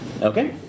Okay